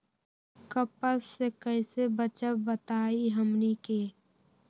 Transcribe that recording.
कपस से कईसे बचब बताई हमनी के?